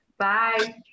Bye